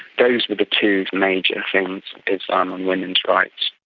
those were the two major things, islam and women's rights.